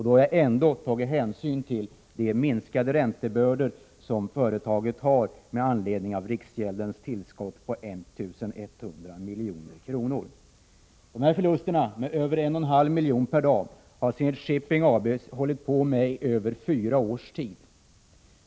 Då har jag ändå tagit hänsyn till de minskade räntebördor som företaget nu har till följd av riksgäldens tillskott på 1 100 milj.kr. Dessa förluster — över en och en halv miljon per dag — har Zenit Shipping AB haft i över fyra års tid.